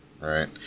Right